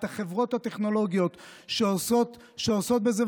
את החברות הטכנולוגיות שעוסקות בזה,